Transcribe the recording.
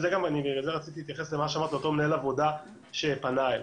בגלל זה רציתי להתייחס למה שאמרת לאותו מנהל עבודה שפנה אלייך,